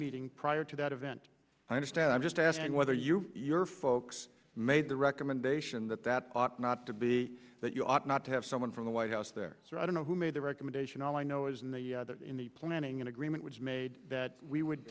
meeting prior to that event i understand i'm just asking whether you or your folks made the recommendation that that ought not to be that you ought not to have someone from the white house there so i don't know who made the recommendation all i know is in the in the planning an agreement was made that we would